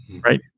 Right